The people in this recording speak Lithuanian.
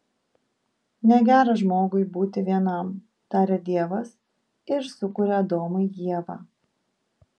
negera žmogui būti vienam taria dievas ir sukuria adomui ievą